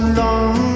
long